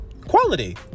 Quality